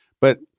But-